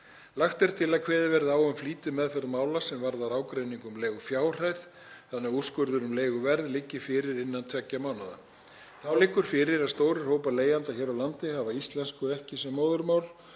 Lagt er til að kveðið verði á um flýtimeðferð mála sem varða ágreining um leigufjárhæð þannig að úrskurður um leiguverð liggi fyrir innan tveggja mánaða. Þá liggur fyrir að stórir hópar leigjenda hér á landi hafa íslensku ekki sem móðurmál